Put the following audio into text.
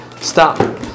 stop